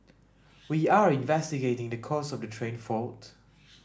we are investigating the cause of the train fault